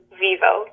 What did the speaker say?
vivo